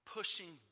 pushing